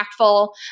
impactful